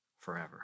forever